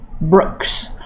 Brooks